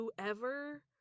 whoever